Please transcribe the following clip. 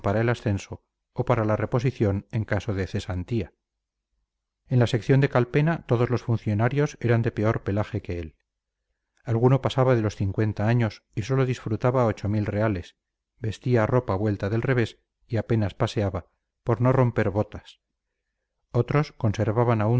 el ascenso o para la reposición en caso de cesantía en la sección de calpena todos los funcionarios eran de peor pelaje que él alguno pasaba de los cincuenta años y sólo disfrutaba ocho mil reales vestía ropa vuelta del revés y apenas paseaba por no romper botas otros conservaban